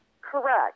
Correct